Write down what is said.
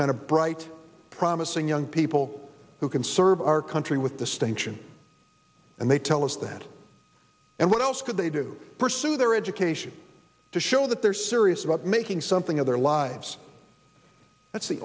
kind of bright promising young people who can serve our country with distinction and they tell us that and what else could they do pursue their education to show that they're serious about making something of their lives that's the